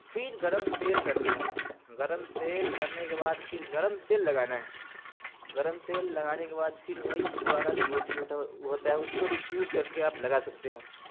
پھر گرم تیل کرنا ہے گرم تیل کرنے کے بعد پھر گرم تیل لگانا ہے غرم تیل لگانے کے بعد پھر وہی پرانا جو گوٹی ہوتا وہ ہوتا ہے اس کو بھی چور کر کے آپ لگا سکتے ہیں